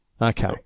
Okay